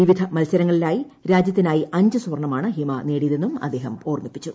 വിവിധ മത്സരങ്ങളിലായി രാജ്യത്തിനായി അഞ്ച് സ്വർണ്ണമാണ് ഹിമ നേടിയതെന്നും അദ്ദേഹം ഓർമ്മിപ്പിച്ചു